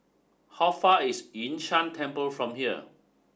how far away is Yun Shan Temple from here